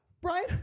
Brian